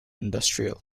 industrial